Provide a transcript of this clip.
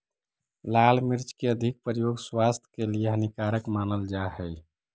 लाल मिर्च के अधिक प्रयोग स्वास्थ्य के लिए हानिकारक मानल जा हइ